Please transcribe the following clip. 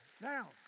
Now